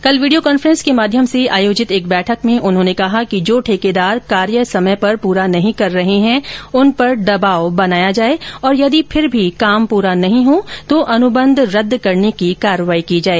कल video conference के माध्यम से आयोजित एक बैठक में उन्होंने कहा कि जो ठेकेदार कार्य समय पर पूरा नहीं कर रहे हैं उन पर दबाव बनाया जाए और यदि फिर भी कार्य प्रा नहीं हो तो अनुबंध रदद करने की कार्यवाही की जाए